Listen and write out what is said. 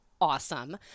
Awesome